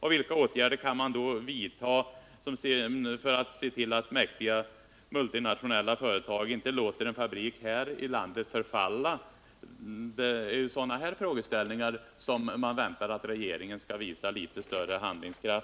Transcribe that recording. Vilka åtgärder kan man vidta för att se till att mäktiga multinationella företag inte låter en fabrik här i landet förfalla? Det är när det gäller sådana här frågor som man väntar att regeringen skall visa litet större handlingskraft.